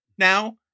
now